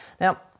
Now